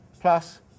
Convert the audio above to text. plus